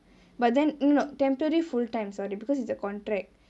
but then mm no temporary full time sorry because it's a contract